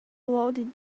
loaded